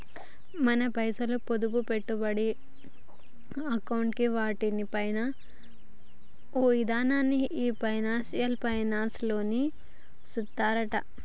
మన పైసలు, పొదుపు, పెట్టుబడి అసోంటి వాటి పైన ఓ ఇదనాన్ని ఈ పర్సనల్ ఫైనాన్స్ లోనే సూత్తరట